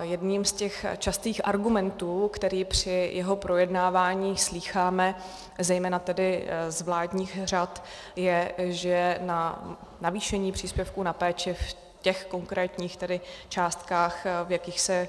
Jedním z častých argumentů, který při jeho projednávání slýcháme zejména z vládních řad, je, že na navýšení příspěvku na péči v těch konkrétních částkách, v jakých se